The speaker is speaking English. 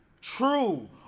true